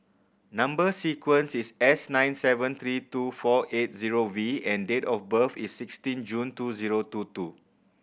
number sequence is S nine seven three two four eight zero V and date of birth is sixteen June two zero two two